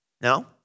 No